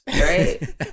right